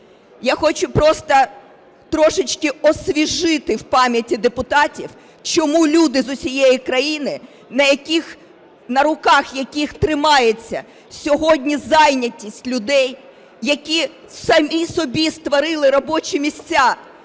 Я хочу просто трошечки освіжити в пам'яті депутатів, чому люди з усієї країни, на руках яких тримається сьогодні зайнятість людей, які самі собі створили робочі місця,